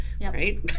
right